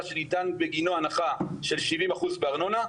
שניתן בגינו הנחה של 70% בארנונה,